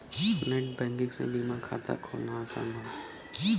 net banking से बीमा खाता खोलना आसान हौ